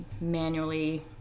manually